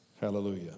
Hallelujah